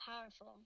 powerful